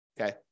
Okay